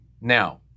Now